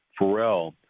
Pharrell